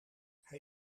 hij